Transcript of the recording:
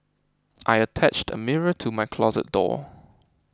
I attached a mirror to my closet door